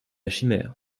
chimère